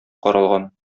каралган